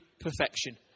perfection